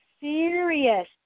serious